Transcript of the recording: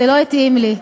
זה לא התאים לי.